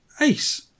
Ace